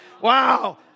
wow